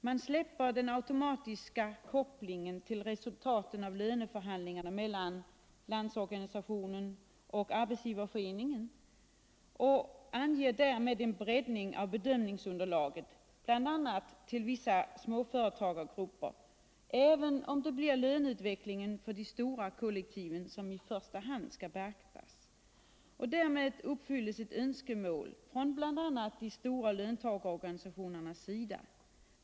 Man släpper den automatiska kopplingen till resultatet av löneförhandlingarna mellan LO och SAF och anger därmed en breddning av bedömningsunderlaget till bl.a. vissa småföretagargrupper, även om det blir löneutvecklingen för de stora kollektiven som i första hand skall beaktas. Därmed uppfylls ett önskemål från bl.a. de stora löntagarorganisationernas sida.